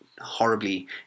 horribly